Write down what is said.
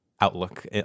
outlook